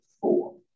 four